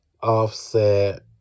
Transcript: Offset